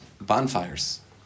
bonfires